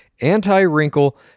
anti-wrinkle